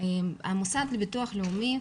המוסד לביטוח לאומי,